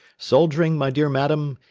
soldiering, my dear madam,